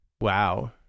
Wow